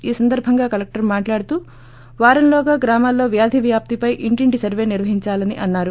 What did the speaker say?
ఈ సందర్భంగా కలెక్టర్ మాట్లాడుతూ వారంలోగా గ్రామాల్లో వ్యాధి వ్యాప్తిపై ఇంటింటి సర్వే నిర్వహిందాలని అన్నారు